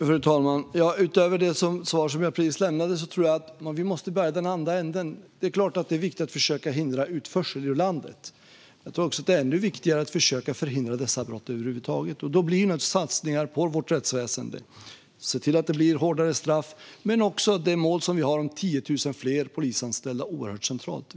Fru talman! Utöver det svar jag precis lämnade tror jag att vi måste börja i den andra änden. Det är klart att det är viktigt att försöka hindra utförsel ur landet. Men jag tror att det är ännu viktigare att försöka förhindra att dessa brott begås över huvud taget. Då blir naturligtvis satsningar på vårt rättsväsen - hårdare straff men också vårt mål om 10 000 fler polisanställda - oerhört centrala.